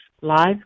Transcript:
live